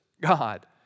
God